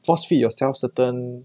force feed yourself certain